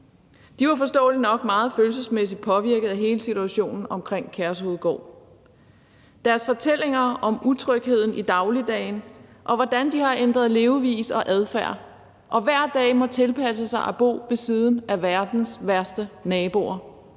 De var forståeligt nok meget følelsesmæssigt påvirkede af hele situationen omkring Kærshovedgård. Deres fortællinger handlede om utrygheden i dagligdagen, og hvordan de har ændret levevis og adfærd og hver dag må tilpasse sig at bo ved siden af verdens værste naboer.